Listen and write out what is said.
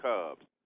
Cubs